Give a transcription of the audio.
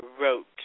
wrote